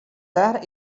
there